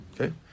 Okay